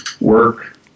work